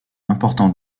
important